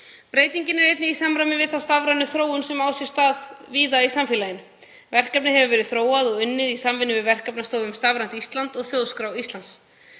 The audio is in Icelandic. Breytingin er einnig í samræmi við þá stafrænu þróun sem á sér stað víða í samfélaginu. Verkefnið hefur verið þróað og unnið í samvinnu við Verkefnastofu um stafrænt Ísland og Þjóðskrá Íslands.